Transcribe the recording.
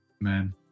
amen